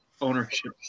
ownership